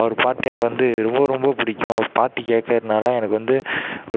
அவர் பாட்டு எனக்கு வந்து ரொம்ப ரொம்ப பிடிக்கும் அவர் பாட்டு கேக்கிறதுனால எனக்கு வந்து